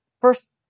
first